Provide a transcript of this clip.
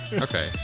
okay